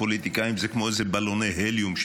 הפוליטיקאים הם כמו בלוני הליום,